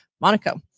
Monaco